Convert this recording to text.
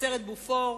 הסרט "בופור",